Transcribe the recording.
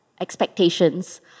expectations